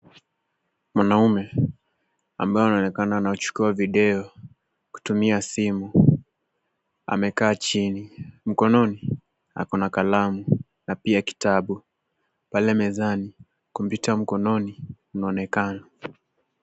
Mwanaume ambaye anaonekana anachukua video kutumia simu amekaa chini. Mkononi akona kalamu na pia kitabu. Pale mezani, kompyuta mkononi inaonekana.